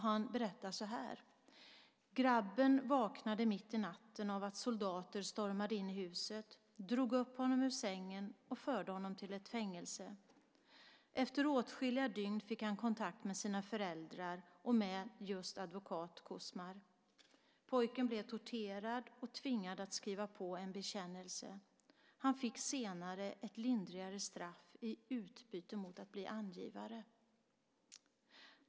Han berättar följande: Grabben vaknade mitt i natten av att soldater stormade in i huset, drog upp honom ur sängen och förde honom till ett fängelse. Efter åtskilliga dygn fick han kontakt med sina föräldrar och med advokat Quzmar. Pojken blev torterad och tvingad att skriva på en bekännelse. Han fick senare ett lindrigare straff i utbyte mot att bli angivare.